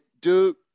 Duke